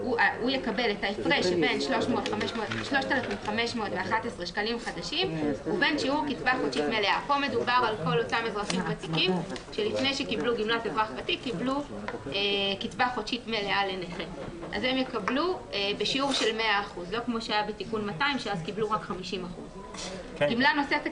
ההפרש שבין 3,511 שקלים חדשים ובין קצבה חודשית מלאה 6. גמלה נוספת